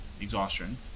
exhaustion